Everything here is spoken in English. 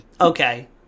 Okay